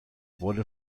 wurde